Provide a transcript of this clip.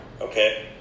Okay